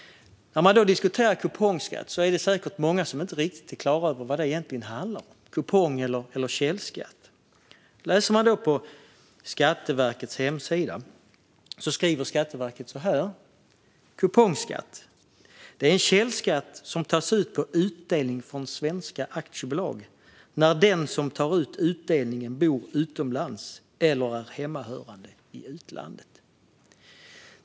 Det är säkert många som inte riktigt är klara över vad kupongskatt egentligen handlar om - kupong eller källskatt. På Skatteverkets hemsida står det: "Kupongskatt är en källskatt som tas ut på utdelning från svenska aktiebolag när den som tar emot utdelningen . bor utomlands eller är hemmahörande i utlandet."